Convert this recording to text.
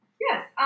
Yes